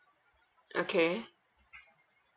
okay